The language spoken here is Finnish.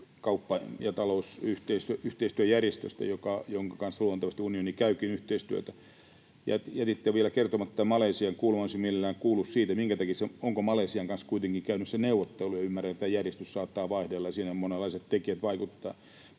kauppa- ja talousyhteistyöjärjestöstä, jonka kanssa luontevasti unioni käykin yhteistyötä. Ja sitten on vielä kertomatta Malesian kuulumiset. Olisin mielelläni kuullut siitä, onko Malesian kanssa kuitenkin käyty neuvotteluja. Ymmärrän, että järjestys saattaa vaihdella ja siinä monenlaiset tekijät vaikuttavat.